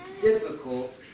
difficult